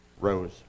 rose